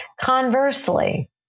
Conversely